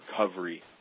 recovery